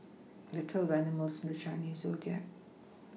there are twelve animals in the Chinese zodiac